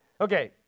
Okay